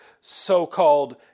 so-called